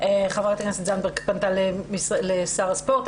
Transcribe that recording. חברת הכנסת זנדברג פנתה לשר הספורט,